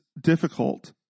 difficult